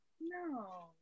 No